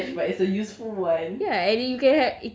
like revenge but it is a useful [one]